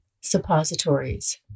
suppositories